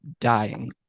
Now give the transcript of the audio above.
dying